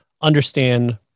understand